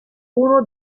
uno